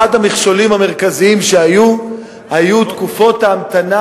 אחד המכשולים המרכזיים היה תקופות ההמתנה